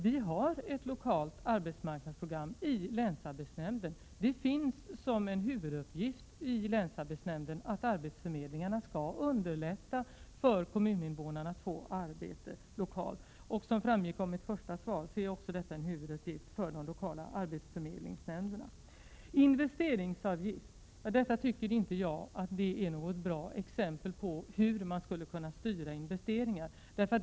Vi har ett lokalt arbetsmarknadsprogram i länsarbetsnämnden. Det är en huvuduppgift för länsarbetsnämnden att arbetsförmedlingarna skall underlätta för kommuninvånarna att få arbete lokalt. Som framgick av mitt första svar ser jag också detta som en huvuduppgift för de lokala arbetsförmedlingsnämnderna. Investeringsavgift tycker jag inte är något bra exempel på hur man skulle kunna styra investeringar.